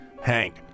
hank